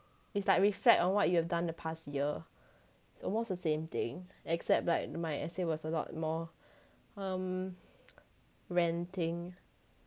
it's like reflect on what you have done the past year it's almost the same thing except like my essay was a lot more um ranting